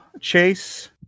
Chase